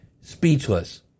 speechless